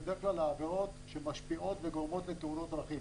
בדרך כלל לעבירות שמשפיעות וגורמות לתאונות דרכים.